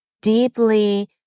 deeply